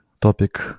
topic